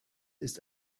ist